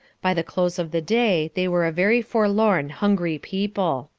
by the close of the day they were a very forlorn, hungry people.